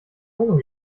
ohren